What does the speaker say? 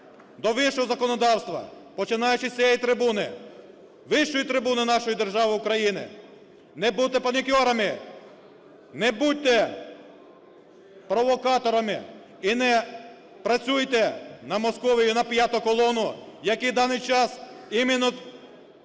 до вищого законодавства. Починаючи з цієї трибуни, вищої трибуни нашої держави України, не будьте панікерами, не будьте провокаторами і не працюйте на Московію, на "п'яту колону", які в даний час іменно